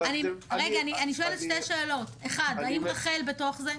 אני שואלת שתי שאלות: אחד, האם רח"ל בתוך זה?.